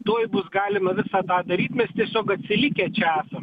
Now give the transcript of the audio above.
tuoj bus galima visą tą daryt mes tiesiog atsilikę čia esam